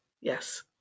Yes